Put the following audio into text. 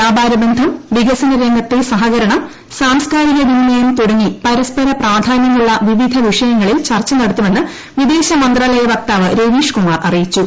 വ്യാപാര ബന്ധം വികസന രംഗത്തെ സഹകരണം സാംസ്കാരിക വിനിമയം തുടങ്ങി പരസ്പര പ്രാധാന്യമുള്ള വിവിധ വിഷയങ്ങളിൽ ചർച്ച നടത്തുമെന്ന് വിദേശ മന്ത്രാലയ വക്താവ് രവീഷ്കുമാർ അറിയിച്ചു